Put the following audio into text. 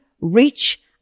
reach